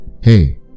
hey